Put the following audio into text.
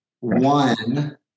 One